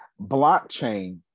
Blockchain